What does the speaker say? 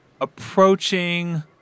approaching